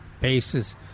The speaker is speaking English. bases